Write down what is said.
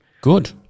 Good